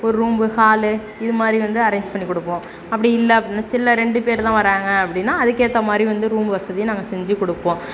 ஒரு room hall இது மாதிரி வந்து அரேஞ்ச் பண்ணி கொடுப்போம் அப்படி இல்லை அப்படின்னா சின்ன ரெண்டு பேர் தான் வர்றாங்க அப்படின்னா அதுக்கேற்ற மாதிரி வந்து ரூம்மு வசதி நாங்கள் செஞ்சுக் கொடுப்போம்